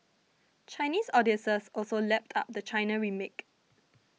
Chinese audiences also lapped up the China remake